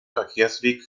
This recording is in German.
verkehrsweg